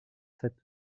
cette